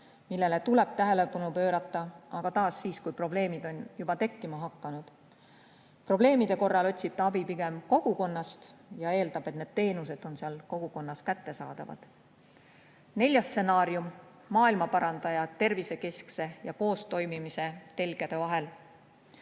millele tuleb tähelepanu pöörata, aga alles siis, kui probleemid on juba tekkima hakanud. Probleemide korral otsib ta abi pigem kogukonnast ja eeldab, et need teenused on seal kogukonnas kättesaadavad. Neljas stsenaarium on "Maailmaparandaja" tervisekeskse ja koostoimimise telgede vahel.